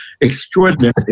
extraordinary